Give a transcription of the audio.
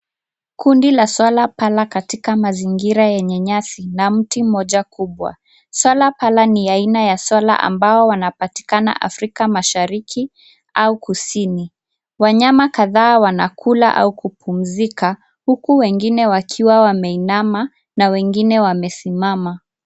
Kundi la swara para katika mazingira yenye nyasi na mti moja kubwa. Swara para ni aina ya swara ambao wanapatikana afrika mashariki au kusini, wanyama kathaa wanakula au kupumzika huku wengine wakiwa wameinama na wengine wamesimama.